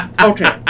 Okay